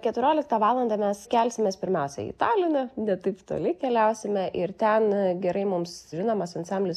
keturioliktą valandą mes kelsimės pirmiausia į taliną ne taip toli keliausime ir ten gerai mums žinomas ansamblis